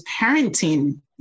parenting